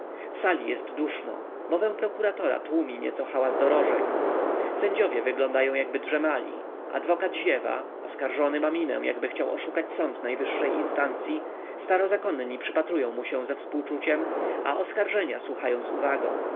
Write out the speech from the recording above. w sali jest duszno mowę prokuratora tłumi nieco hałas dorożek sędziowie wyglądają jakby drzemali adwokat ziewa oskarżony ma minę jakby chciał oszukać sąd najwyższej instancyi starozakonni przypatrują mu się ze współczuciem a oskarżenia słuchają z uwagą